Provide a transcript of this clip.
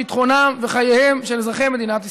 ביטחונם וחייהם של אזרחי מדינת ישראל.